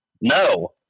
no